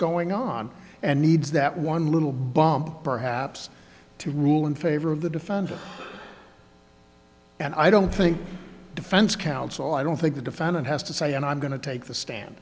going on and needs that one little bump perhaps to rule in favor of the defendant and i don't think defense counsel i don't think the defendant has to say and i'm going to take the stand